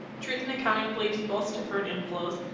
truth in accounting believes most deferred inflows,